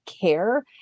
care